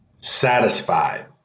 satisfied